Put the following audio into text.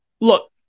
Look